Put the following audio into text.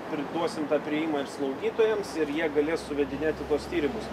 priduosim tą priėjimą ir slaugytojams ir jie galės suvedinėti tuos tyrimus